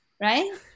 Right